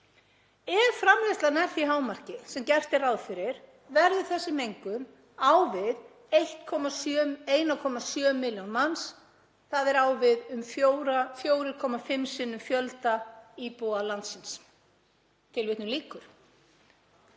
Ef framleiðslan nær því hámarki sem gert ráð fyrir verður þessi mengun á við 1,7 milljón manns. Það er á við um 4,5 sinnum fjölda íbúa landsins.“ Hvað kom